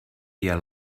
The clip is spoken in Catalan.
dia